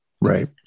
right